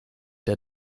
der